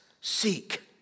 seek